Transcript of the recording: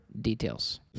details